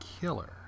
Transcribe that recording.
killer